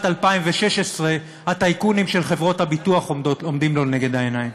2016 הטייקונים של חברות הביטוח עומדים לנגד עיניו.